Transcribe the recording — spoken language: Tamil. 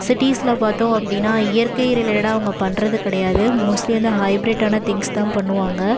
சிட்டிஸில் பார்த்தோம் அப்படின்னா இயற்கை ரிலேடாக அவங்க பண்ணறது கிடையாது மோஸ்ட்லீ வந்து ஹைபிரேட்டான திங்ஸ்தான் பண்ணுவாங்க